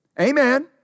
Amen